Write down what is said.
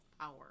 power